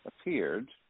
appeared